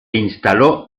instaló